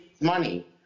money